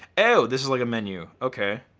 oh, this is like a menu. okay.